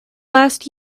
last